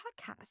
podcast